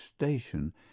station